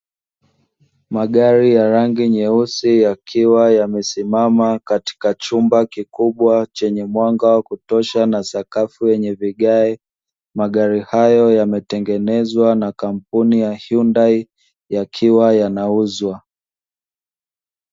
Magari ya rangi nyeusi yakiwa yamesimama katika chumba kikubwa chenye mwanga wa kutosha na sakafu yenye vigae. Magari hayo yametengenezwa na kampuni ya Hyundai yakiwa yanauzwa.